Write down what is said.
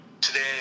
today